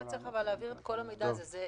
למה צריך להעביר את כל המידע הזה.